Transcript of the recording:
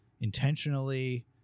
intentionally